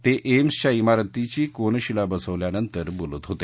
ते एम्सच्या आरतीची कोनशिला बसवल्यानंतर बोलत होते